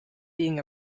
being